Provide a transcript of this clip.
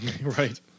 Right